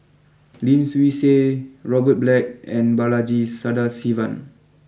Lim Swee Say Robert Black and Balaji Sadasivan